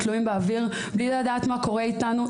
תלויים באוויר בלי לדעת מה קורה איתנו.